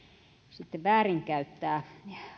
väärinkäyttää